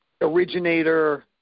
originator